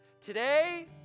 Today